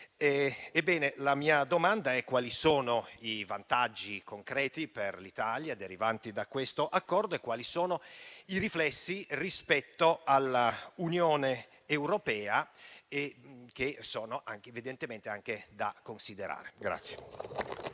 è la seguente: quali sono i vantaggi concreti per l'Italia derivanti da questo accordo e quali sono i riflessi rispetto all'Unione europea, che sono evidentemente anche da considerare?